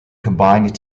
combined